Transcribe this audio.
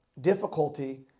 Difficulty